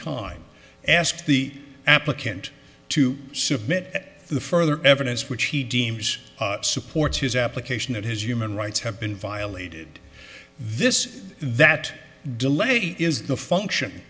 time ask the applicant to submit the further evidence which he deems supports his application of his human rights have been violated this that delay is the function